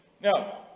now